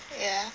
yeah